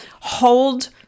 hold